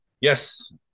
Yes